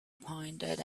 pointed